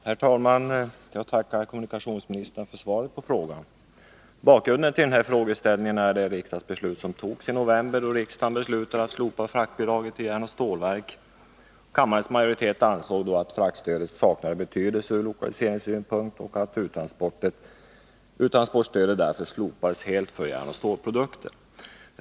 Herr talman! Jag tackar kommunikationsministern för svaret på frågan. Bakgrunden till min fråga är det beslut som riksdagen fattade i november om att slopa fraktbidraget till järnoch stålverk. Kammarens majoritet ansåg då att fraktstödet saknar betydelse från lokaliseringssynpunkt och att transportstöd därför kan slopas helt för järnoch stålprodukter.